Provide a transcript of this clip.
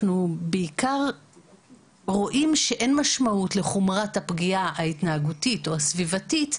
אנחנו בעיקר רואים שאין משמעות לחומרת הפגיעה ההתנהגותית או הסביבתית,